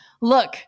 Look